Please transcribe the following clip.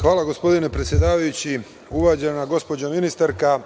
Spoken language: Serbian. Hvala, gospodine predsedavajući. Uvažena gospođo ministarka,